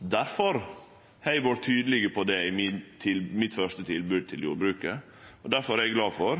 Difor har eg vore tydeleg på det i det første tilbodet mitt til jordbruket, og difor er eg glad for